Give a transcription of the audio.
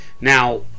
Now